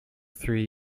three